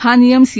हा नियम सी